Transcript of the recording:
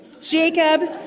Jacob